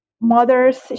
mothers